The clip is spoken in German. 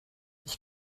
ich